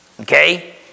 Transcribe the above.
okay